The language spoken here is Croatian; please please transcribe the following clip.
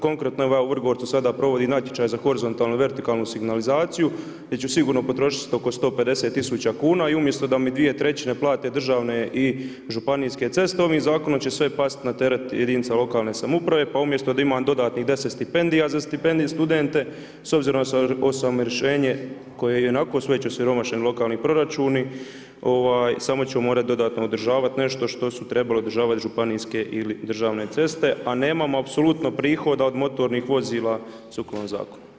Konkretno ova u Vrgorcu sada provodi natječaj za horizontalnu i vertikalnu signalizaciju gdje ću sigurno potrošiti oko 150 tisuća kuna i umjesto da mi dvije trećine plate državne i županijske cesta ovim zakonom će sve pasti na teret jedinica lokalne samouprave pa umjesto da imam dodatnih deset stipendija za studente, s obzirom na osiromašenje koje i onako su već osiromašeni lokalni proračuni, samo ću morati dodatno održavat nešto što su trebale održavati županijske ili državne ceste, a nemamo apsolutno prihoda od motornih vozila sukladno zakonu.